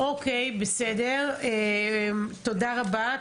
תודה רבה.